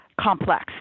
complex